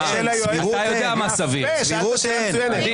שאלה מצוינת.